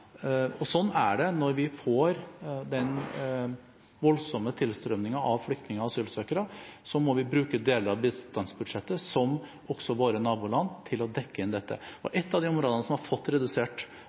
Sånn er det. Når vi får en slik voldsom tilstrømming av flyktninger og asylsøkere, må vi bruke deler av bistandsbudsjettet – som også våre naboland gjør – til å dekke inn dette. Et av de områdene som har fått redusert